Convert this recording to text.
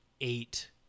eight